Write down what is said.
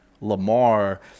Lamar